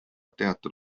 teatud